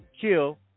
kill